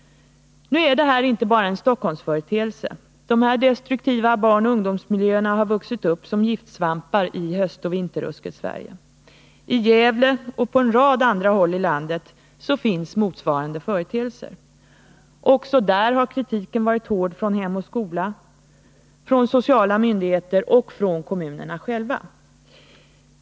Nu är detta inte bara en Stockholmsföreteelse. Dessa destruktiva barnoch ungdomsmiljöer har vuxit upp som giftsvampar i höstoch vinterruskets Sverige. I Gävle och på en rad andra håll i landet finns motsvarande företeelser. Också där har kritiken varit hård från Hem och skola-föreningar, sociala myndigheter och från kommunerna själva.